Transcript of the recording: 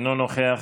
אינו נוכח,